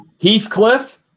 Heathcliff